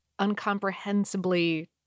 uncomprehensibly